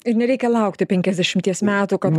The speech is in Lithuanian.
ir nereikia laukti penkiasdešimties metų kad